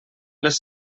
les